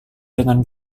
dengan